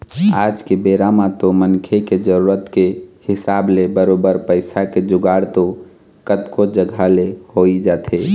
आज के बेरा म तो मनखे के जरुरत के हिसाब ले बरोबर पइसा के जुगाड़ तो कतको जघा ले होइ जाथे